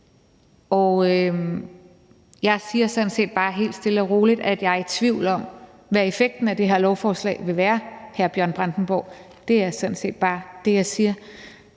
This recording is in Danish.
jeg siger sådan set bare helt stille og roligt, at jeg er i tvivl om, hvad effekten af det her lovforslag vil være, hr. Bjørn Brandenborg. Det er sådan set bare det, jeg siger.